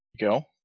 Go